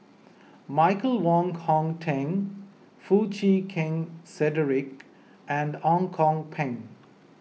Michael Wong Hong Teng Foo Chee Keng Cedric and Ang Kok Peng